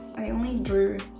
i only drew